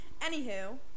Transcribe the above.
Anywho